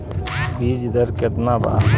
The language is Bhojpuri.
बीज दर केतना वा?